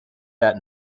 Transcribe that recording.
that